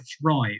thrive